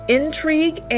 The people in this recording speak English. intrigue